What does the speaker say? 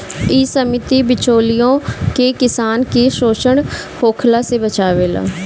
इ समिति बिचौलियों से किसान के शोषण होखला से बचावेले